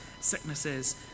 sicknesses